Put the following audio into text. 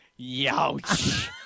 yowch